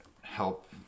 help